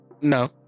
No